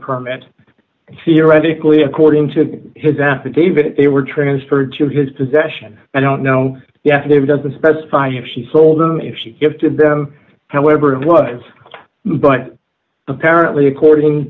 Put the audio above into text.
permit theoretically according to his affidavit they were transferred to his possession i don't know the affidavit doesn't specify if she sold them if she gifted them however it was but apparently according